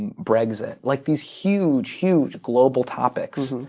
and brexit like these huge huge global topics